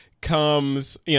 comes